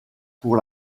pour